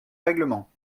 règlement